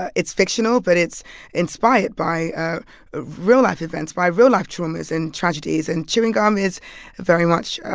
ah it's fictional, but it's inspired by ah ah real-life events, by real-life traumas and tragedies. and chewing gum is very much,